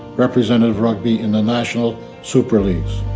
represented rugby in the national super leagues.